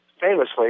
famously